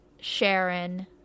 Sharon